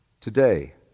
Today